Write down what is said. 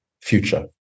future